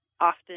often